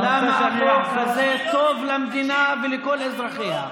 למה החוק הזה טוב למדינה ולכל אזרחיה.